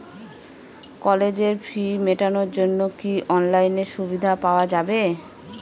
কলেজের ফি মেটানোর জন্য কি অনলাইনে সুবিধা পাওয়া যাবে?